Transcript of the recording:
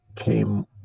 Came